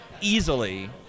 easily